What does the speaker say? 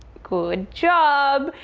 good job.